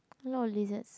lot of lizards